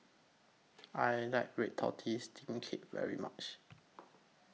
I like Red Tortoise Steamed Cake very much